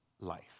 life